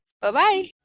Bye-bye